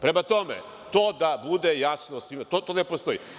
Prema tome, da bude jasno svima, to ne postoji.